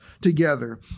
together